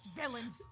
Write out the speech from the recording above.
villains